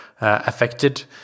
affected